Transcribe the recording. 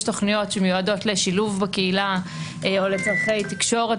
יש תוכניות שמיועדות לשילוב בקהילה או לצורכי תקשורת,